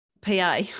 pa